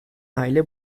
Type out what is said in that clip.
aile